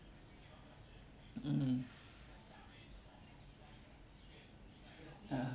mm (uh huh)